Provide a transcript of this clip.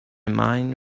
mind